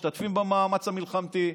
משתתפים במאמץ המלחמתי,